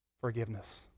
forgiveness